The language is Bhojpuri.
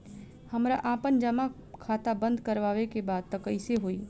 हमरा आपन जमा खाता बंद करवावे के बा त कैसे होई?